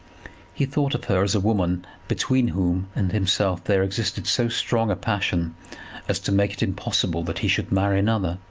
he thought of her as a woman between whom and himself there existed so strong a passion as to make it impossible that he should marry another,